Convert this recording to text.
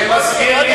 זה מזכיר לי